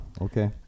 Okay